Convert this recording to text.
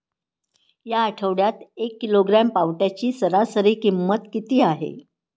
या आठवड्यात एक किलोग्रॅम पावट्याची सरासरी किंमत किती आहे?